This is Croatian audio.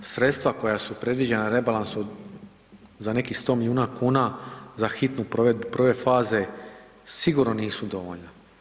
Sredstva koja su predviđena rebalansom za nekih 100 milijuna kuna za hitnu provedbu prve faze sigurno nisu dovoljna.